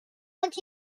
and